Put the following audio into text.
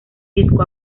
disco